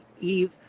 eve